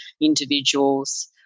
individuals